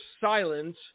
silence